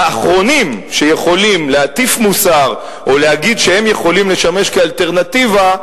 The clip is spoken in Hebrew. האחרונים שיכולים להטיף מוסר או להגיד שהם יכולים לשמש אלטרנטיבה,